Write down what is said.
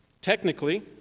Technically